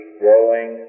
growing